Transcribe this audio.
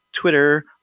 Twitter